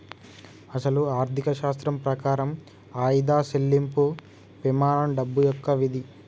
అసలు ఆర్థిక శాస్త్రం ప్రకారం ఆయిదా సెళ్ళింపు పెమానం డబ్బు యొక్క విధి